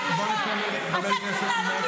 שירי, חברת הכנסת אימאן ח'טיב יאסין.